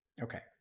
okay